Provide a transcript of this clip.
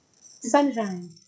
Sunshine